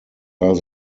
are